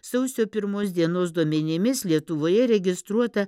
sausio pirmos dienos duomenimis lietuvoje registruota